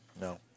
No